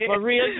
Maria